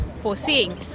foreseeing